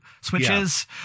switches